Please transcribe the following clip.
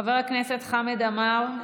חבר הכנסת חמד עמאר,